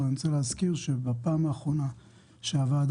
אבל אני רוצה להזכיר שבפעם האחרונה שהוועדה